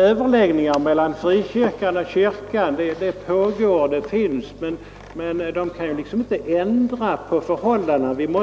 Överläggningar mellan frikyrkorna och Svenska kyrkan pågår, men de kan inte ändra på förhållandena. Vi kan